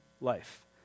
life